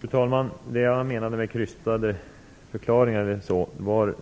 Fru talman! Vad jag menar med "krystade förklaringar"